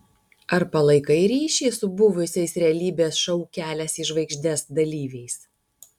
ar palaikai ryšį su buvusiais realybės šou kelias į žvaigždes dalyviais